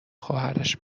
خواهرش